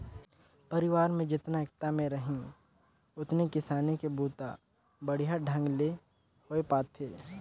परिवार में जेतना एकता में रहीं ओतने किसानी के बूता बड़िहा ढंग ले होये पाथे